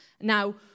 Now